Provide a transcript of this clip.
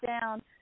down